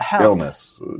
illness